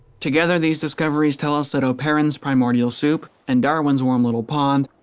together these discoveries tell us that oparin's primordial soup, and darwin's warm little pond,